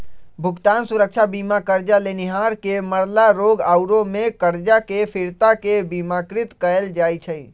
भुगतान सुरक्षा बीमा करजा लेनिहार के मरला, रोग आउरो में करजा के फिरता के बिमाकृत कयल जाइ छइ